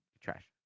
Trash